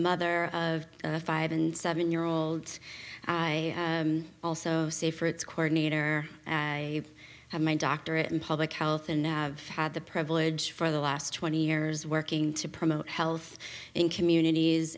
mother of five and seven year olds i also say for its corner i have my doctorate in public health and have had the privilege for the last twenty years working to promote health in communities